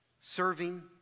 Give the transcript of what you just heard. serving